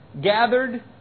gathered